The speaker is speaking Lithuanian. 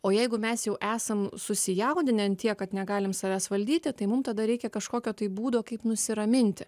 o jeigu mes jau esam susijaudinę ant tiek kad negalim savęs valdyti tai mums tada reikia kažkokio tai būdo kaip nusiraminti